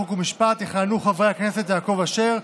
חוק ומשפט יכהנו חברי הכנסת יעקב אשר,